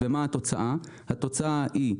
התוצאה היא,